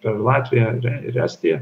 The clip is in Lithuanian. per latviją ir estiją